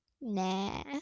Nah